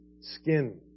skin